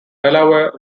delaware